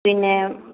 പിന്നെ